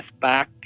back